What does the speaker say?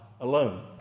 alone